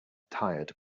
tired